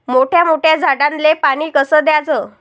मोठ्या मोठ्या झाडांले पानी कस द्याचं?